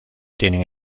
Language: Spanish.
tienen